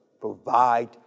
provide